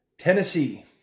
Tennessee